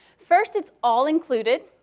first, it's all included.